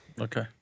Okay